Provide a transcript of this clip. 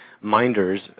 minders